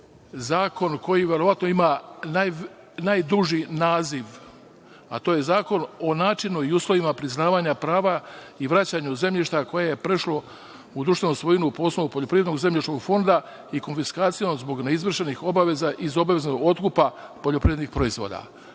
verovatno ima najduži naziv, a to je Zakon o načinu i uslovima priznavanja prava i vraćanju zemljišta koje je prešlo u društvenu svojinu po osnovu poljoprivrednog zemljišnog fonda i konfiskacijom zbog neizvršenih iz obaveznog otkupa poljoprivrednih proizvoda,